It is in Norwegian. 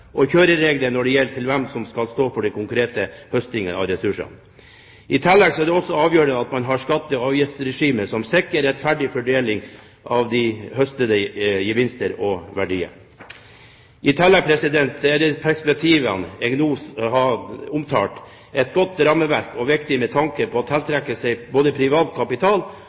rammeverk og kjøreregler når det kommer til hvem som skal stå for den konkrete høstingen av ressursene. I tillegg er det avgjørende at man har et skatte- og avgiftsregime som sikrer en rettferdig fordeling av de høstede gevinster og verdier. I tillegg til de perspektivene jeg nå har omtalt, er et godt rammeverk viktig med tanke på å tiltrekke seg privat kapital